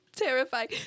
terrifying